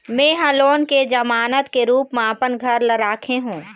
में ह लोन के जमानत के रूप म अपन घर ला राखे हों